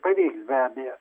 padėt be abejo